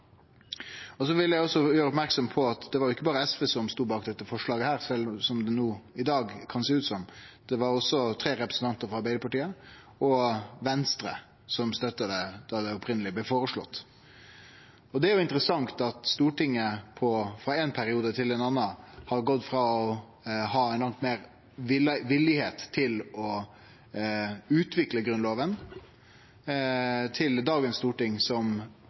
Så vil eg også gjere merksam på at det ikkje berre var SV som stod bak dette forslaget, slik det i dag kan sjå ut til. Det var også tre representantar frå Arbeidarpartiet og ein frå Venstre som støtta det da det opphavleg blei føreslått. Det er jo interessant at Stortinget frå ein periode til ein annan har gått frå å vere langt meir villig til å utvikle Grunnlova, til dagens storting, som